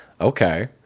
Okay